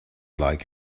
like